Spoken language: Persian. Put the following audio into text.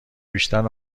بیشتر